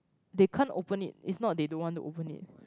they can't open it it's not they don't want to open it